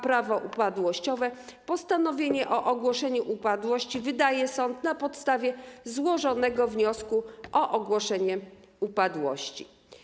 Prawo upadłościowe postanowienie o ogłoszeniu upadłości wydaje sąd na podstawie złożonego wniosku o ogłoszenie upadłości.